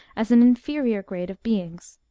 as an inferior grade of beings.